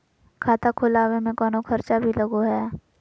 खाता खोलावे में कौनो खर्चा भी लगो है?